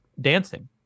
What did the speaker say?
dancing